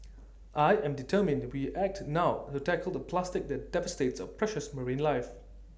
I am determined we act now to tackle the plastic that devastates our precious marine life